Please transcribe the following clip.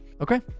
Okay